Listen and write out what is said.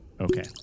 Okay